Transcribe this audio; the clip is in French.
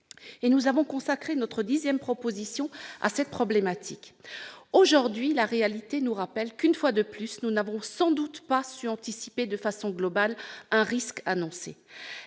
Nous avons consacré notre dixième proposition à cette problématique. Aujourd'hui, la réalité nous rappelle que, une fois de plus, nous n'avons sans doute pas su anticiper de façon globale un risque annoncé.